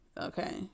Okay